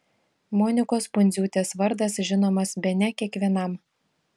monikos pundziūtės vardas žinomas bene kiekvienam